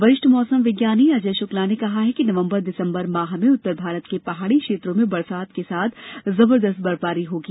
वरिष्ठ मौसम विज्ञानी अजय शुक्ला ने कहा कि नवंबर दिसंबर माह में उत्तर भारत के पहाड़ी क्षेत्रों में बरसात के साथ जबरदस्त बर्फबारी होगी